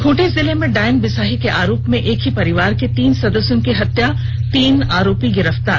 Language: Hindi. खूंटी जिले में डायन बिसाही के आरोप में एक ही परिवार के तीन सदस्यों की हत्या तीन आरोपी गिरफ्तार